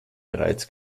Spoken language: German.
bereits